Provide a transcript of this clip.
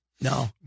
No